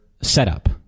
setup